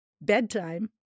bedtime